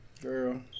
Girl